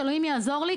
שאלוהים יעזור לי,